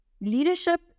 leadership